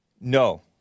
No